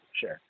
Sure